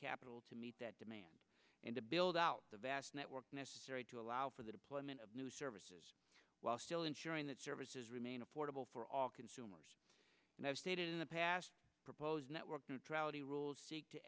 capital to meet that demand and to build out the vast network necessary to allow for the deployment of new services while still ensuring that services remain affordable for all consumers and i've stated in the past proposed network neutrality rules